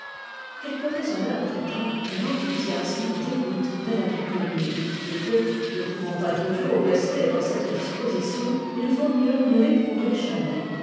quelques raisonneurs prétendent que l'enthousiasme dégoûte de la vie commune et que ne pouvant pas toujours rester dans cette disposition il vaut mieux ne l'éprouver jamais